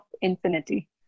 infinity